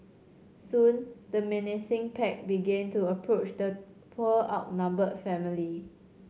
soon the menacing pack began to approach the poor outnumbered family